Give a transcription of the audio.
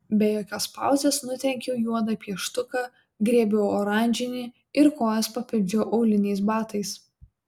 be jokios pauzės nutrenkiau juodą pieštuką griebiau oranžinį ir kojas papildžiau auliniais batais